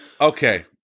okay